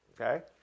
Okay